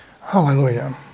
Hallelujah